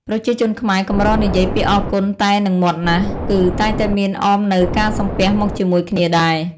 ប្រជាជនខ្មែរកម្រនិយាយពាក្យអរគុណតែនឹងមាត់ណាស់ គឺតែងតែមានអមនូវការសំពះមកជាមួយគ្នាដែរ។